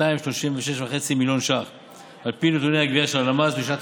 של 236.5 מיליון ש"ח על פי נתוני הגבייה של הלמ"ס לשנת